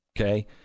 Okay